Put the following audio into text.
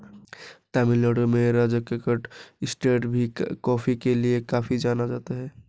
तमिल नाडु में राजकक्कड़ एस्टेट भी कॉफी के लिए काफी जाना जाता है